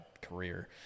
career